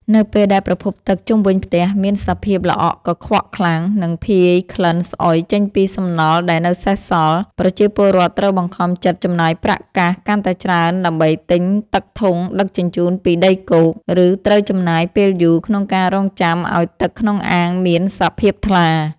នៅពេលដែលប្រភពទឹកជុំវិញផ្ទះមានសភាពល្អក់កខ្វក់ខ្លាំង និងភាយក្លិនស្អុយចេញពីសំណល់ដែលនៅសេសសល់ ប្រជាពលរដ្ឋត្រូវបង្ខំចិត្តចំណាយប្រាក់កាសកាន់តែច្រើនដើម្បីទិញទឹកធុងដឹកជញ្ជូនពីដីគោក ឬត្រូវចំណាយពេលយូរក្នុងការរង់ចាំឱ្យទឹកក្នុងអាងមានសភាពថ្លា។